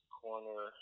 corner